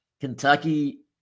Kentucky